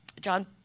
John